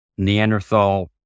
Neanderthal